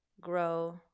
grow